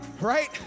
right